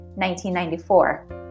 1994